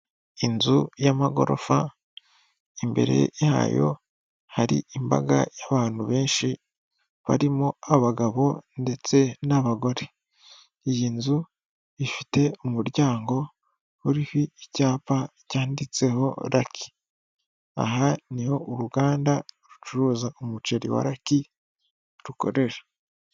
Inzu y'amagorofa imbere yayo hari imbaga y'abantu benshi barimo abagabo ndetse n'abagore. Iyi nzu ifite umuryango uriho icyapa cyanditseho raki, aha niho uruganda rucuruza umuceri wa raki rukoresha.